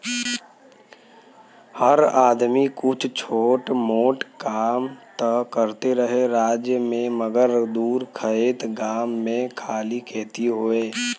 हर आदमी कुछ छोट मोट कां त करते रहे राज्य मे मगर दूर खएत गाम मे खाली खेती होए